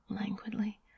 languidly